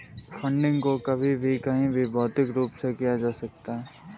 funding को कभी भी कहीं भी भौतिक रूप से किया जा सकता है